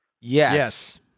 yes